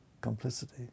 complicity